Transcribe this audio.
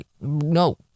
no